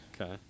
Okay